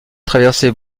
traversait